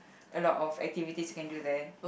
a lot of activities can do there